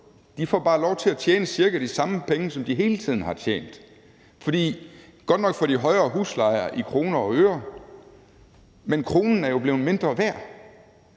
De får bare lov til at tjene cirka de samme penge, som de hele tiden har tjent. For godt nok får de højere huslejer i kroner og øre, men kronen er jo blevet mindre værd.